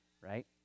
right